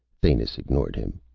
thanis ignored him.